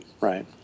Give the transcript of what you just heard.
Right